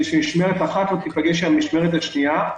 שמשמרת אחת לא תיפגש עם המשמרת השנייה,